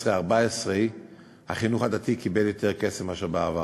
2014 החינוך הדתי קיבל יותר כסף מאשר בעבר.